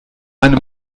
einem